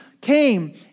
came